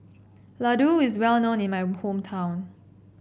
Ladoo is well known in my hometown